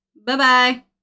Bye-bye